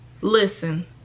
listen